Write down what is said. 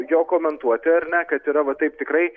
jo komentuoti ar ne kad yra va taip tikrai